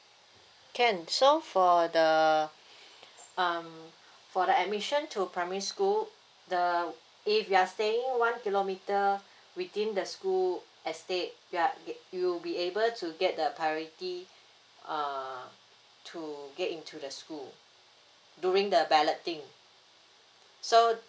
can so for the um for the admission to primary school the if you are staying one kilometre within the school estate you are you be able to get the priority uh to get into the school during the balloting so